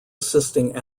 assisting